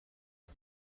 hij